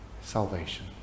Salvation